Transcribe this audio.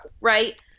right